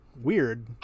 Weird